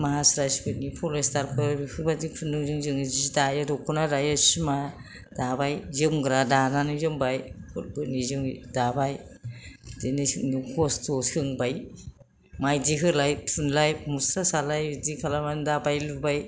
मास्राइस फोरनि पलिष्टार फोर बिफोरबायदि खुनदुंजों जों जि दायो दख'ना दायो सिमा दाबाय जोमग्रा दानानै जोमबाय बिफोरबायदि जों दाबाय बिदिनो जों खस्थ' सोंबाय माइदि होलाय थुनलाय मुस्रा सालाय बिदि खालामनानै दाबाय लुबाय